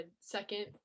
Second